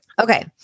Okay